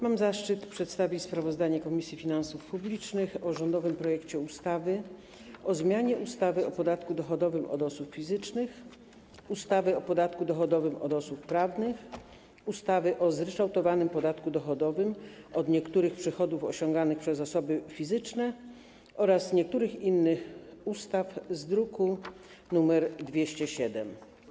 Mam zaszczyt przedstawić sprawozdanie Komisji Finansów Publicznych o rządowym projekcie ustawy o zmianie ustawy o podatku dochodowym od osób fizycznych, ustawy o podatku dochodowym od osób prawnych, ustawy o zryczałtowanym podatku dochodowym od niektórych przychodów osiąganych przez osoby fizyczne oraz niektórych innych ustaw, druk nr 207.